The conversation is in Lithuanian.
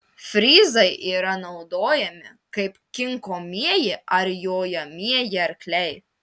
fryzai yra naudojami kaip kinkomieji ar jojamieji arkliai